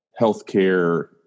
healthcare